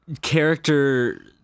character